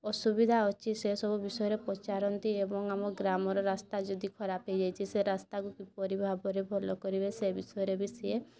ଅସୁବିଧା ଅଛି ସେ ସବୁ ବିଷୟରେ ପଚାରନ୍ତି ଏବଂ ଆମ ଗ୍ରାମର ରାସ୍ତା ଯଦି ଖରାପ ହେଇଯାଇଛି ସେ ରାସ୍ତାକୁ କିପରି ଭାବରେ ଭଲ କରିବା ସେ ବିଷୟରେ ବି ସିଏ